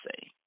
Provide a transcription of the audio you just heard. say